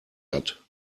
hat